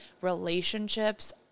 relationships